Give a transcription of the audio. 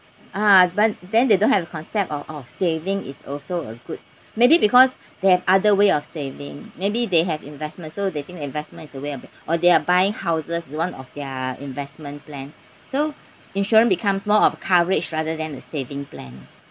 ah but then they don't have a concept of of saving is also a good maybe because they have other way of saving maybe they have investment so they think that investment is a way of or they are buying houses one of their investment plan so insurance becomes more of coverage rather than the saving plan